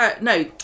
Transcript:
no